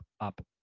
up